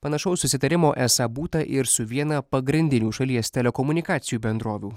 panašaus susitarimo esą būta ir su viena pagrindinių šalies telekomunikacijų bendrovių